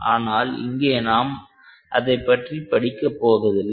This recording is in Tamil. ஆனால் இங்கே நாம் அதைப்பற்றி படிக்கப் போவதில்லை